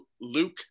Luke